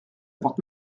porte